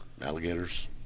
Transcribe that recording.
alligators